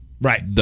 Right